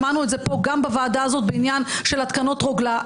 שמענו את זה פה גם בוועדה הזאת בעניין של התקנות רוגלה.